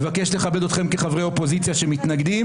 ומבקש לכבד אתכם כחברי אופוזיציה שמתנגדים,